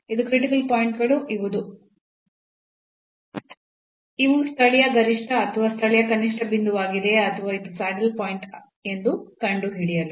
ಇದು critical point ಗಳು ಇವು ಸ್ಥಳೀಯ ಗರಿಷ್ಠ ಅಥವಾ ಸ್ಥಳೀಯ ಕನಿಷ್ಠ ಬಿಂದುವಾಗಿದೆಯೇ ಅಥವಾ ಅದು ಸ್ಯಾಡಲ್ ಪಾಯಿಂಟ್ ಎಂದು ಕಂಡುಹಿಡಿಯಲು